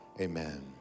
Amen